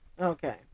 okay